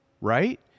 Right